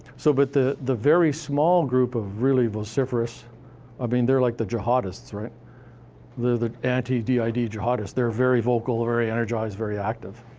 so, but the the very small group of really vociferous i mean, they're like the jihadists, right? they're the anti-did jihadists. they're very vocal, very energized, very active.